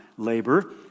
labor